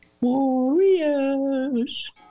Warriors